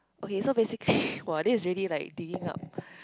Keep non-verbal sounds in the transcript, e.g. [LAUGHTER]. okay so basically [BREATH] !wah! this is really like digging up